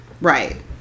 Right